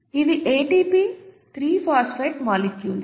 ఇవి ATP 3 phosphate molecules